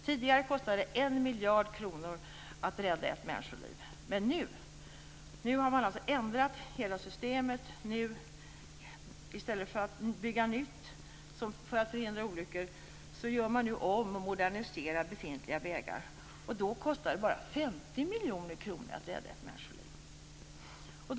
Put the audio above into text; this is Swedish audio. Tidigare kostade det 1 miljard kronor att rädda ett människoliv, men nu har man ändrat hela systemet. I stället för att bygga nytt för att förhindra olyckor gör man nu om och moderniserar befintliga vägar. Då kostar det bara 50 miljoner kronor att rädda ett människoliv.